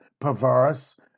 perverse